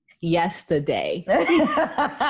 yesterday